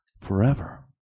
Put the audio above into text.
forever